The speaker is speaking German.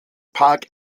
park